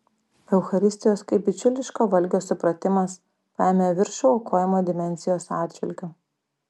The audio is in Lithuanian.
eucharistijos kaip bičiuliško valgio supratimas paėmė viršų aukojimo dimensijos atžvilgiu